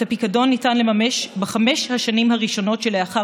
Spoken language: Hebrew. את הפיקדון ניתן לממש בחמש השנים הראשונות שלאחר